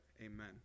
amen